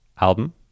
album